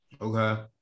Okay